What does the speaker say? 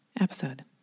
episode